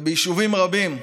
וביישובים רבים,